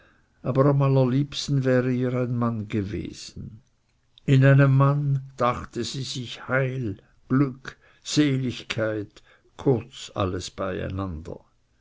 aber am allerliebsten wäre ihr ein mann gewesen in einem mann dachte sie sich heil glück seligkeit kurz alles beieinander